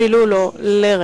אפילו לא לרגע.